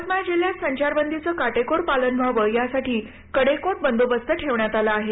यवतमाळ जिल्ह्यात संचारबंदीचं काटेकोर पालन व्हावं यासाठी कडेकोट बंदोबस्त ठेवण्यात आला आहे